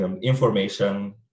information